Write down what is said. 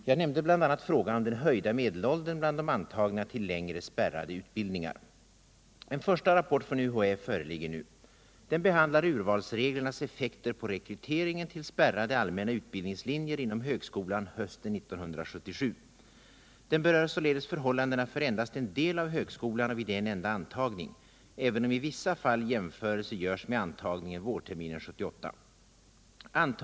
Jag nämnde bl.a. frågan om den höjda medelåldern bland de antagna till längre spärrade utbildningar. En första rapport från UHÄ föreligger nu. Den behandlar urvalsreglernas effekter på rekryteringen till spärrade allmänna utbildningstlinjer inom högskolan hösten 1977. Den berör således förhållandena för endast en del av högskolan och vid en enda antagning, även om i vissa fall jämförelser görs med antagningen vårterminen 1978.